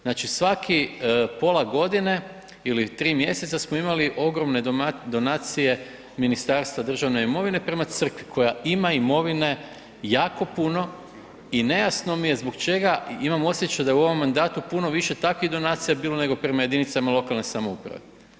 Znači svakih pola godine ili 3 mjeseca smo imali ogromne donacije Ministarstva državne imovine prema Crkvi koja ima imovine jako puno i nejasno mi je zbog čega imam osjećaj da u ovom mandatu puno više takvih donacija bilo nego prema jedinicama lokalne samouprave.